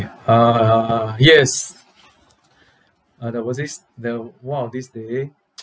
uh yes uh there was this the one of this day